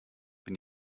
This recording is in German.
bin